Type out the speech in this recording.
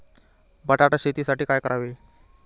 बटाटा शेतीसाठी काय करावे?